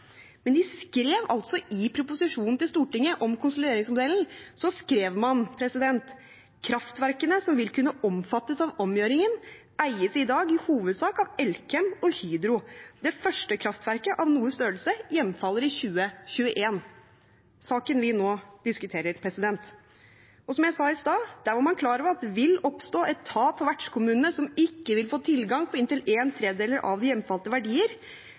men de skrev altså i proposisjonen til Stortinget om konsolideringsmodellen: «Kraftverkene som vil kunne omfattes av omgjøring eies i dag i hovedsak av Elkem og Hydro. Det første kraftverket av noe størrelse hjemfaller i 2021.» – Altså saken vi nå diskuterer. Og som jeg sa i stad: Man var klar over at det ville oppstå et tap for vertskommunene, «som ikke vil få tilgang på inntil 1/3 av de hjemfalte verdier